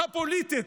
הפוליטית,